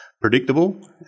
predictable